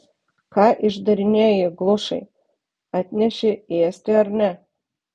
ką išdarinėji glušai atneši ėsti ar ne